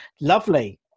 Lovely